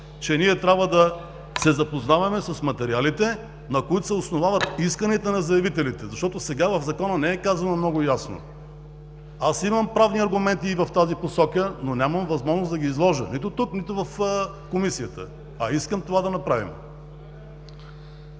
че ние трябва да се запознаваме с материалите, на които се основават исканията на заявителите. Защото сега в Закона не е казано много ясно. Аз имам правни аргументи и в тази посока, но нямам възможност да ги изложа – нито тук, нито в Комисията, а искам това да направим.